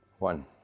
One